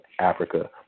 Africa